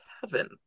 heaven